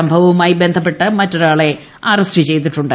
സംഭവവുമായി ബന്ധപ്പെട്ട് മറ്റൊരാളെ അറസ്റ്റ് ചെയ്തിട്ടുണ്ട്